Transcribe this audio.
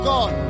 God